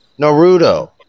Naruto